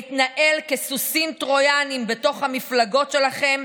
להתנהל כסוסים טרויאניים בתוך המפלגות שלכם,